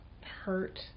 hurt